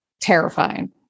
terrifying